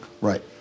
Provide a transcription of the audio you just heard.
Right